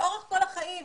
לאורך כל החיים,